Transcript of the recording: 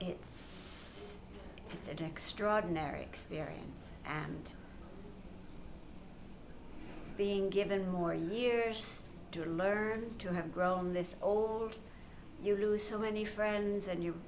it's extraordinary experience and being given more years to learn to have grown this you lose so many friends and you